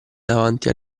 davanti